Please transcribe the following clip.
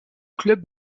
club